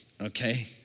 okay